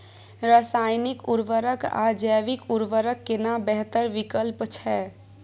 रसायनिक उर्वरक आ जैविक उर्वरक केना बेहतर विकल्प छै?